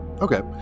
okay